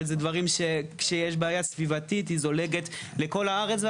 אבל כשיש בעיה סביבתית היא זולגת לכל הארץ,